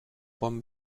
bon